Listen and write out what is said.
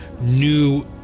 new